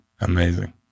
Amazing